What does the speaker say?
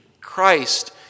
Christ